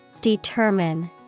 Determine